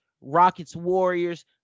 Rockets-Warriors